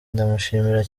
ndamushimira